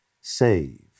Save